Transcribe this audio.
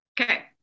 Okay